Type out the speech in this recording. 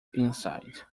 inside